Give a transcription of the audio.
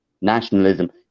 nationalism